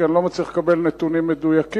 כי אני לא מצליח לקבל נתונים מדויקים.